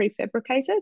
prefabricated